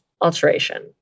alteration